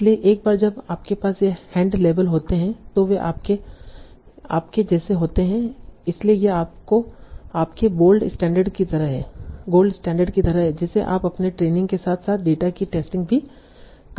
इसलिए एक बार जब आपके पास ये हैंड लेबल होते हैं तो वे आपके जैसे होते हैं इसलिए यह आपके बोल्ड स्टैण्डर्ड की तरह है जिसे आप अपने ट्रेनिंग के साथ साथ डेटा की टेस्टिंग भी कर सकते हैं